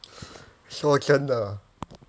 sure can lah